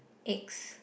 eggs